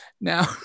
now